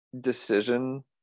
decision